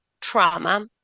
trauma